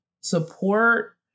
support